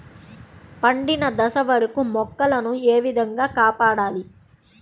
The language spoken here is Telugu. పండిన దశ వరకు మొక్కల ను ఏ విధంగా కాపాడాలి?